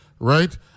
Right